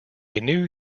new